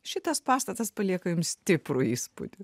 šitas pastatas palieka jums stiprų įspūdį